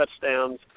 touchdowns